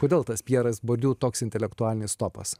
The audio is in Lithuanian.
kodėl tas pjeras bordiu toks intelektualinis topas